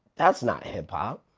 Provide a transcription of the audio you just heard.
that's not hip hop.